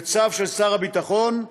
בצו של שר הביטחון,